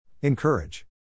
Encourage